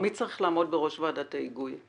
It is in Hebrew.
מי צריך לעמוד בראש ועדת ההיגוי?